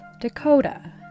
Dakota